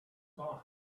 gone